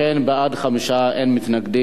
אכן, חמישה בעד, אין מתנגדים.